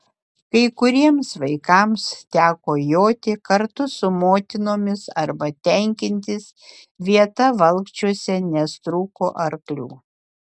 kai kuriems vaikams teko joti kartu su motinomis arba tenkintis vieta valkčiuose nes trūko arklių